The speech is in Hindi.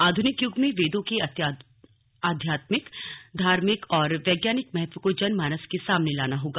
आधुनिक युग में वेदों के आध्यात्मिक धार्मिक और वैज्ञानिक महत्व को जन मानस के सामने लाना होगा